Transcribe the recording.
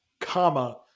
comma